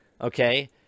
okay